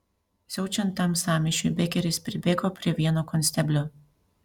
siaučiant tam sąmyšiui bekeris pribėgo prie vieno konsteblio